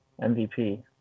MVP